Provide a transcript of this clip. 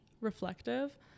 reflective